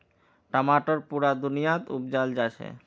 टमाटर पुरा दुनियात उपजाल जाछेक